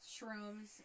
shrooms